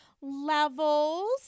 levels